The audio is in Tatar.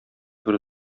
бер